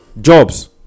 jobs